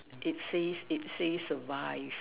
it says it says survive